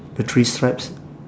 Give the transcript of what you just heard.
the three straps